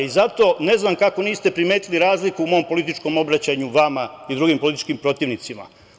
Ne znam kako niste primetili razliku u mom političkom obraćaju vama i drugim političkim protivnicima?